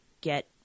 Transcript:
get